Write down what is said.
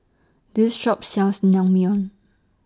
This Shop sells Naengmyeon